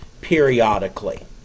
periodically